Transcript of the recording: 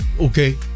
Okay